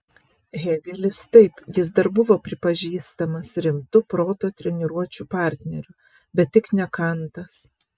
hėgelis taip jis dar buvo pripažįstamas rimtu proto treniruočių partneriu bet tik ne kantas